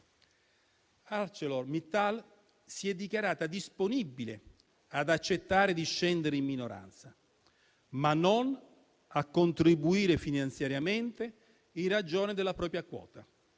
ArcelorMittal si è dichiarata disponibile ad accettare di scendere in minoranza, ma non a contribuire finanziariamente in ragione della propria quota,